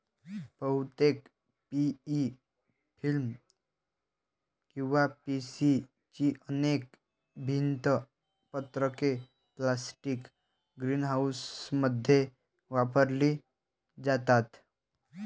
बहुतेक PE film किंवा PC ची अनेक भिंत पत्रके प्लास्टिक ग्रीनहाऊसमध्ये वापरली जातात